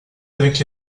avec